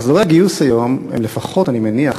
מחזורי הגיוס היום הם לפחות, אני מניח,